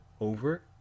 over